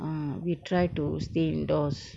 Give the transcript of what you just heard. mm we try to stay indoors